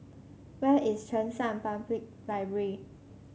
where is Cheng San Public Library